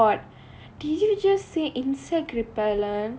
oh my god did you say insect repellent